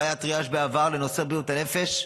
לא היה טריאז' בעבר לנושא בריאות הנפש,